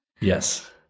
Yes